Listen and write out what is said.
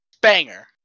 banger